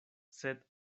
sed